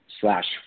slash